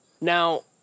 Now